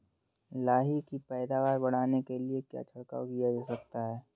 लाही की पैदावार बढ़ाने के लिए क्या छिड़काव किया जा सकता है?